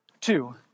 two